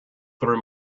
through